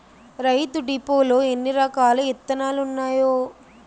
రైతు డిపోలో ఎన్నిరకాల ఇత్తనాలున్నాయో